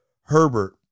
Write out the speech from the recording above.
Herbert